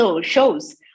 shows